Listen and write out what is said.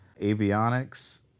avionics